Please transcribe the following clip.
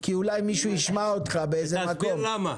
כי אולי מישהו ישמע אותך באיזה מקום.